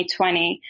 2020